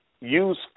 use